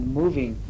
moving